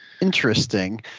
Interesting